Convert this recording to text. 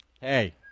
Hey